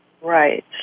Right